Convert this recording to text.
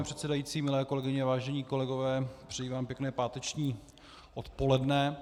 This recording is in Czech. Pane předsedající, milé kolegyně, vážení kolegové, přeji vám pěkné páteční odpoledne.